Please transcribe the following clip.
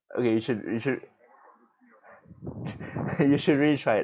okay you should you should you should really try it